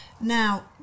Now